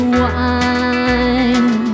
wine